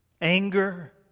anger